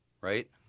right